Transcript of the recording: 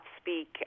speak